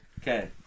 Okay